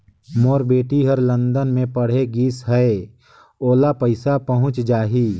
मोर बेटी हर लंदन मे पढ़े गिस हय, ओला पइसा पहुंच जाहि?